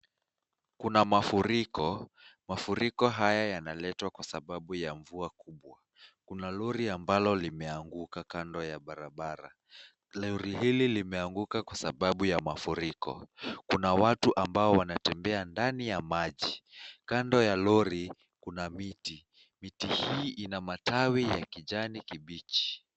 Kuna mafuriko. Mafuriko haya yanaletwa kwa sababu ya mvua kubwa. Kuna lori ambalo limeanguka kando ya barabara. Lori hili limeanguka kwa sababu ya mafuriko. Kuna watu ambao wanatembea ndani ya maji, kando ya lori kuna miti. Miti hii ina matawi ya kijani kibichi.